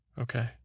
Okay